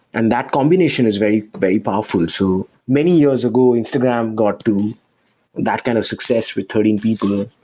and that combination is very very powerful too. many years ago, instagram got to that kind of success with thirteen people,